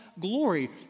glory